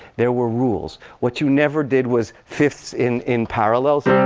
there were rules. what you never did was fifths in in parallels.